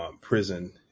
prison